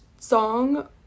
song